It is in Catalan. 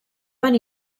van